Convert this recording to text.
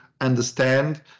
understand